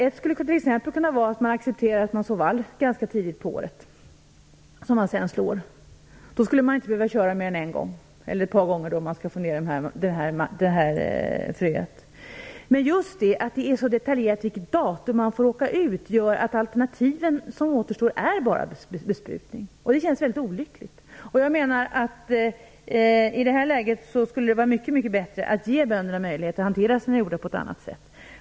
Ett skulle t.ex. vara att vi accepterar att man sår vall ganska tidigt på året, som man sedan slår. Då skulle man inte behöva köra mer än en eller ett par gånger om man skall få ned fröet. Men just det faktum att vilket datum man får åka ut är detaljreglerat gör att det enda alternativ som återstår är besprutning. Det känns väldigt olyckligt. Jag menar att det i detta läge skulle vara mycket bättre att ge bönderna möjlighet att hantera sina jordar på ett annat sätt.